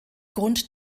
grund